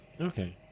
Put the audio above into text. okay